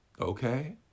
Okay